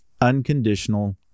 Unconditional